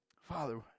father